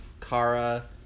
Kara